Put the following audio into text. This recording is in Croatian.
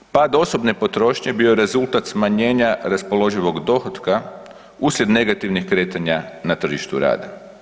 Pad osobne potrošnje bio je rezultat smanjenja raspoloživog dohotka uslijed negativnih kretanja na tržištu rada.